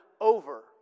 over